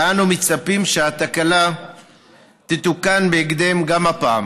ואנו מצפים שהתקלה תתוקן בהקדם גם הפעם.